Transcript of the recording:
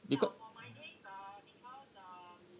because